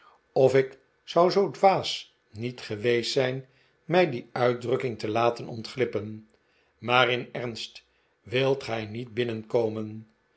of ik zou zoo dwaas niet geweest zijn mij die uitdrukking te laten ontglippen maar in ernst wilt gij niet binnenkomen